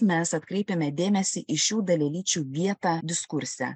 mes atkreipiame dėmesį į šių dalelyčių vietą diskurse